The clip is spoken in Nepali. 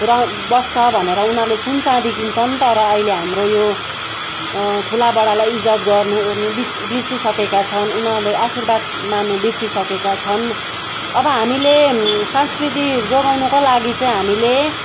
पुरा बस्छ भनेर उनीहरूले सुनचाँदी किन्छन् तर अहिले हाम्रो यो ठुलाबडालाई इज्जत गर्नुओर्नु बिर्सी बिर्सिसकेका छन् उनीहरूले आशीर्वाद माग्नु बिर्सिसकेका छन् अब हामीले संस्कृति जोगाउनको लागि चाहिँ हामीले